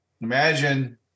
imagine